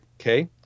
Okay